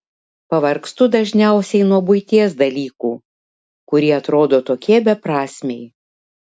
pavargstu dažniausiai nuo buities dalykų kurie atrodo tokie beprasmiai